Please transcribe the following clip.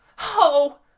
Oh